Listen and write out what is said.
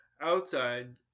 outside